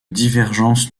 divergence